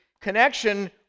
connection